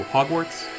Hogwarts